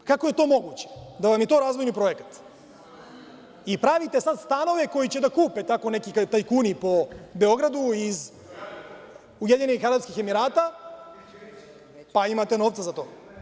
Kako je to moguće, da vam je to razvojni projekat i pravite sada stanove koje će da kupe tako neki tajkuni po Beogradu, iz UAE… (Aleksandar Martinović: Ja ću da kupim.) Pa imate novca za to.